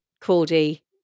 Cordy